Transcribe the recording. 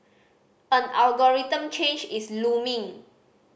an algorithm change is looming